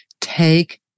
Take